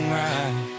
right